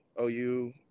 OU